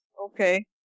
Okay